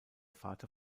vater